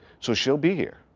so she'll be here.